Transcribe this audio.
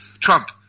Trump